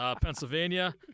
Pennsylvania